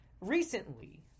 recently